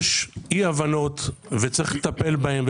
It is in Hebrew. אי הבנות וצריך לטפל בהן.